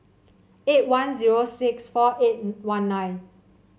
eight one zero six four eight one nine